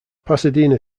pasadena